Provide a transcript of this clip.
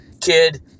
kid